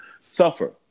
suffer